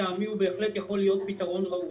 שלטעמי הוא בהחלט יכול להיות פתרון ראוי.